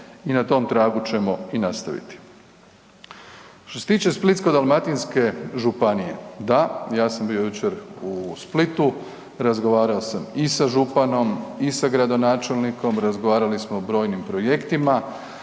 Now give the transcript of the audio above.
i na tom tragu ćemo i nastaviti. Što se tiče Splitsko-dalmatinske županije, da, ja sam bio jučer u Splitu, razgovarao sam i sa županom i sa gradonačelnikom, razgovarali smo o brojnim projektima,